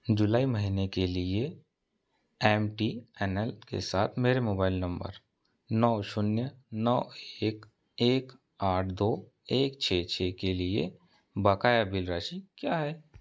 जुलाई महीने के लिए एम टी एन एल के साथ मेरे मोबाइल नम्बर नौ शून्य नौ एक एक आठ दो एक छह छह के लिए बकाया बिल राशि क्या है